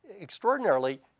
extraordinarily